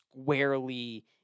squarely